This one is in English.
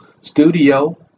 studio